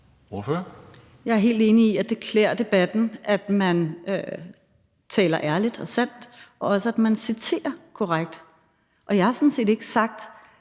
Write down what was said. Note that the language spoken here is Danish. Jeg er helt enig i, at det klæder debatten, at man taler ærligt og sandt, og også, at man citerer korrekt. Og jeg har sådan set ikke sagt,